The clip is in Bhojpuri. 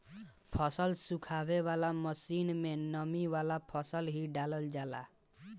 फसल सुखावे वाला मशीन में नमी वाला फसल ही डालल जाला